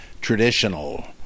traditional